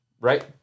right